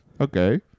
Okay